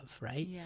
right